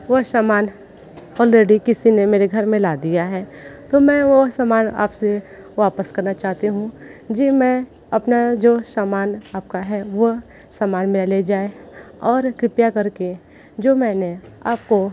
वह सामान ऑलरेडी किसी ने मेरे घर में ला दिया है तो मैं वह सामान आप से वापस करना चाहती हूँ जी मैं अपना जो सामान आप का है वह सामान मेरा ले जाएँ और कृपया कर के जो मैंने आप को